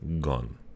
gone